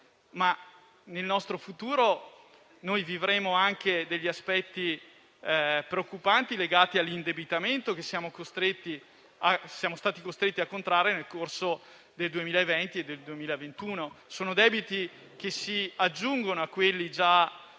nel nostro futuro noi vivremo anche degli aspetti preoccupanti legati all'indebitamento che siamo stati costretti a contrarre nel corso del 2020 e del 2021. Sono debiti che si aggiungono a quelli già